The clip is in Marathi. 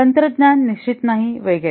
तंत्रज्ञान निश्चित नाही वगैरे